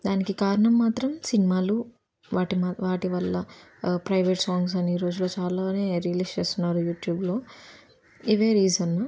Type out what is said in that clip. దానికి కారణం మాత్రం సినిమాలు వాటి వాటి వల్ల ప్రైవేట్ సాంగ్స్ అని రోజు రోజు చాలానే రిలీజ్ చేస్తున్నారు యూట్యూబ్లో ఇవే రీజన్